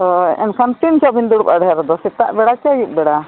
ᱦᱳᱭ ᱮᱱᱠᱷᱟᱱ ᱛᱤᱱ ᱥᱮᱫ ᱵᱤᱱ ᱫᱩᱲᱩᱵᱟ ᱰᱷᱮᱨ ᱫᱚ ᱥᱮᱛᱟᱜ ᱵᱮᱲᱟ ᱥᱮ ᱟᱹᱭᱩᱵ ᱵᱮᱲᱟ